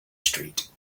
street